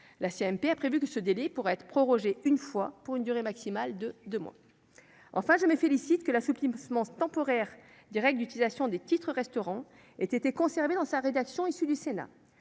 La CMP a prévu que ce délai pourra être prorogé une fois, pour une durée maximale de deux mois. Enfin, je me réjouis que l'assouplissement temporaire des règles d'utilisation des titres-restaurant ait été conservé dans la rédaction issue du Sénat.